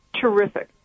terrific